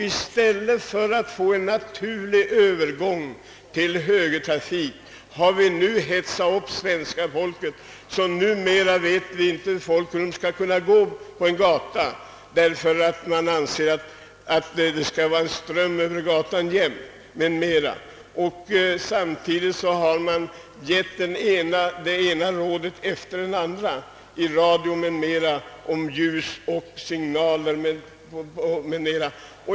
I stället för att få en naturlig övergång till högertrafiken har vi hetsat upp svenska folket så att man numera inte vet hur man skall gå över en gata, därför att det anses att det skall vara en jämn ström Över gatan. Samtidigt har man givet det ena rådet efter det andra i radio och andra massmedia om ljus, signaler m.m.